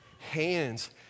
hands